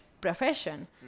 profession